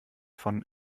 von